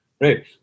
Right